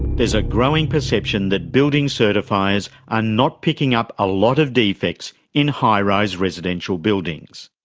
there's a growing perception that building certifiers are not picking up a lot of defects in high-rise residential buildings.